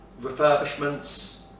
refurbishments